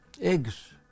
eggs